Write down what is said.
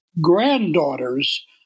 granddaughters